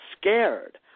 scared